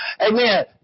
Amen